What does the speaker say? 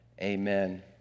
Amen